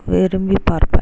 விரும்பி பார்ப்பேன்